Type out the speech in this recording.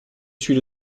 suis